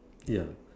ya